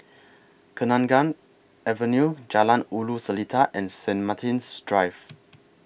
Kenanga Avenue Jalan Ulu Seletar and Saint Martin's Drive